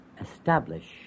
establish